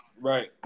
right